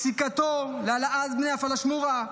ופסיקתו להעלאת בני הפלאשמורה,